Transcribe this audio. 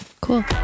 cool